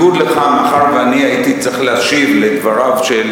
מאחר שאני הייתי צריך להשיב על דבריו של